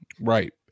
Right